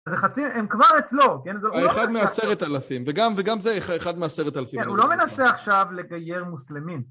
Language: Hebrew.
זה חצי, הם כבר אצלו, כן? זה לא מנסה... אחד מעשרת אלפים, וגם זה אח...אחד מעשרת אלפים. כן, הוא לא מנסה עכשיו לגייר מוסלמים.